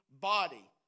body